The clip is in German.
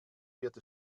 wird